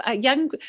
Young